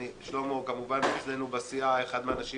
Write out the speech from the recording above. שלמה קרעי כמובן אצלנו בסיעה הוא אחד האנשים